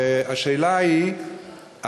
והשאלה היא,